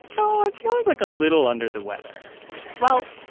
you know i'm feeling, like, a little under the weather well,